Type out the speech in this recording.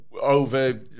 over